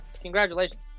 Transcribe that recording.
Congratulations